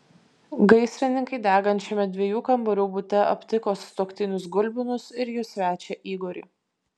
gaisrininkai degančiame dviejų kambarių bute aptiko sutuoktinius gulbinus ir jų svečią igorį